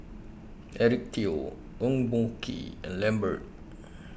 Eric Teo Eng Boh Kee and Lambert